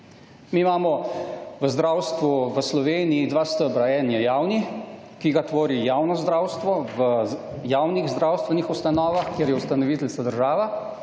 Mi imamo v zdravstvu, v Sloveniji dva stebra. Eden je javni, ki ga stvori javno zdravstvo, v javnih zdravstvenih ustanovah, kjer je ustanoviteljica država